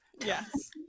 Yes